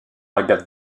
agathe